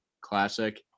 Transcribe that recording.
classic